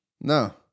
No